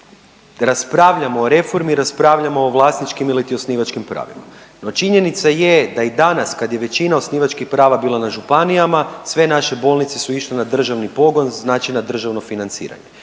raspravljamo o reformi, raspravljamo o vlasničkim iliti osnivačkim pravima, no činjenica je da i danas kad je većina osnivačkih prava bila na županijama sve naše bolnice su išle na državni pogon, znači na državno financiranje.